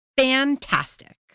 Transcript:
fantastic